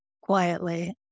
quietly